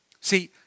See